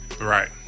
Right